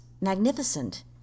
magnificent